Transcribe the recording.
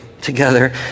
together